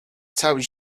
cały